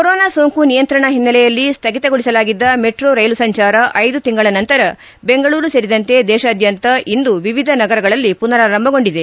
corona ಸೋಂಕು ನಿಯಂತ್ರಣ ಹಿನ್ನೆಲೆಯಲ್ಲಿ ಸ್ಥಗಿತಗೊಳಿಸಲಾಗಿದ್ದ ಮೆಟ್ರೋ ರೈಲು ಸಂಚಾರ ಐದು ತಿಂಗಳ ನಂತರ ದೆಂಗಳೂರು ಸೇರಿದಂತೆ ದೇಶಾದ್ಯಂತ ಇಂದು ವಿವಿಧ ನಗರಗಳಲ್ಲಿ ಮನರಾರಂಭಗೊಂಡಿದೆ